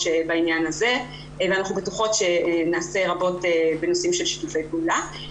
בעניין הזה ואנחנו בטוחות שנעשה רבות בנושאים של שיתופי פעולה.